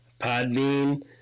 podbean